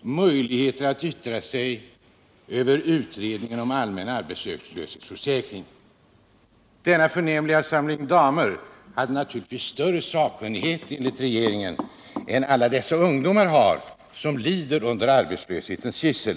möjlighet att yttra sig över utredningen om allmän arbetslöshetsförsäkring. Denna förnämliga samling damer hade enligt regeringen naturligtvis större sakkunnighet än alla dessa ungdomar har som lider under arbetslöshetens gissel!